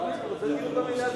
לא, אני רוצה דיון במליאה.